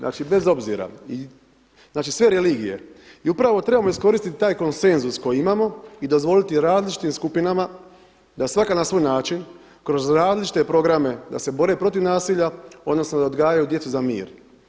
Znači bez obzira, znači sve religije i upravo trebamo iskoristiti taj konsenzus koji imamo i dozvoliti različitim skupinama da svaka na svoj način kroz različite programe da se bore protiv nasilja, odnosno da odgajaju djecu za mir.